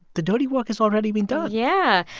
the dirty work has already been done yeah.